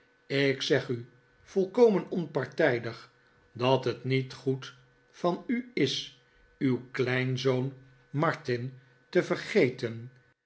ik zeg u volkomen onpartijdig dat het niet goed van'u is uw kleinzoon martin te vergeten